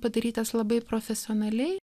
padarytas labai profesionaliai